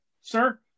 sir